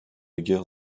guerre